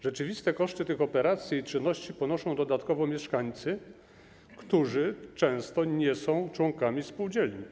Rzeczywiste koszty tych operacji i czynności ponoszą mieszkańcy, którzy często nie są członkami spółdzielni.